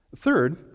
Third